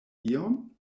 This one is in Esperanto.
ion